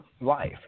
life